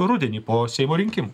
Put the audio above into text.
rudenį po seimo rinkimų